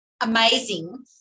amazing